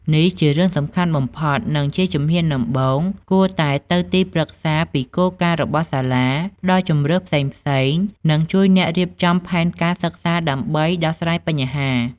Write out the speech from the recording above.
នេះជារឿងសំខាន់បំផុត និងជាជំហានដំបូង គួរតែទៅទីប្រឹក្សាពីគោលការណ៍របស់សាលា ផ្តល់ជម្រើសផ្សេងៗ និងជួយអ្នករៀបចំ ផែនការសិក្សាដើម្បីដោះស្រាយបញ្ហា។